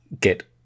get